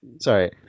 Sorry